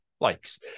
likes